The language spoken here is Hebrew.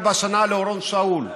24 שנה לאורון שאול,